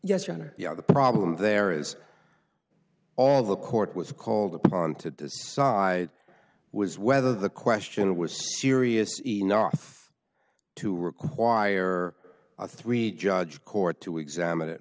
honor the problem there is all the court was called upon to decide was whether the question was serious enough to require a three judge court to examine it